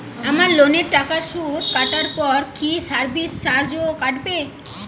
আমার লোনের টাকার সুদ কাটারপর কি সার্ভিস চার্জও কাটবে?